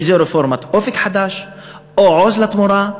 אם רפורמת "אופק חדש" או "עוז לתמורה"